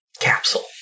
capsule